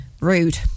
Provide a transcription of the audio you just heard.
Rude